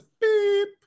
beep